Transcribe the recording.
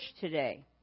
today